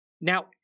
Now